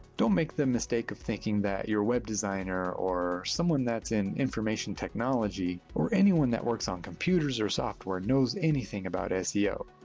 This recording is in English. don't make the mistake of thinking that a web designer or someone that's in information technology, or anyone that works on computers or software knows anything about seo.